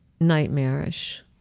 nightmarish